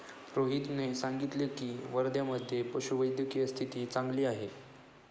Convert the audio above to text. रोहितने सांगितले की, वर्ध्यामधे पशुवैद्यकीय स्थिती चांगली आहे